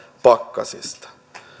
pakkasista